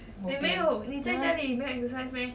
bo pian ah